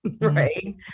Right